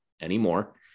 anymore